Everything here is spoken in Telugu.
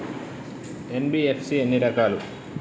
ఎన్.బి.ఎఫ్.సి ఎన్ని రకాలు?